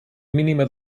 mínima